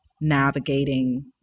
navigating